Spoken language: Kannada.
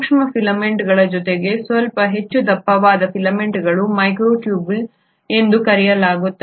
ಸೂಕ್ಷ್ಮ ಫಿಲಮೆಂಟ್ಗಳ ಜೊತೆಗೆ ಸ್ವಲ್ಪ ಹೆಚ್ಚು ದಪ್ಪವಾದ ಫಿಲಮೆಂಟ್ಗಳನ್ನು ಮೈಕ್ರೊಟ್ಯೂಬ್ಯೂಲ್ ಎಂದು ಕರೆಯಲಾಗುತ್ತದೆ